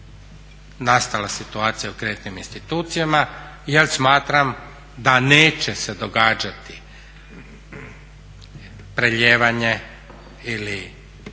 nastala situacija u kreditnim institucijama jer smatram da neće se događati prelijevanje ili